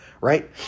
right